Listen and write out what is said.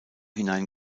hinein